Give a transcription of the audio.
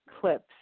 clips